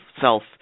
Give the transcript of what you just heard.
self